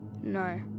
No